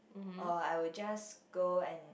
or I will just go and